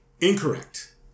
Incorrect